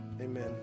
Amen